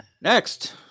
next